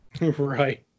Right